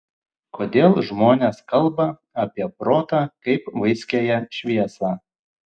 kodėl žmonės kalba apie protą kaip vaiskiąją šviesą